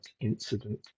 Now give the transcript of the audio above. incident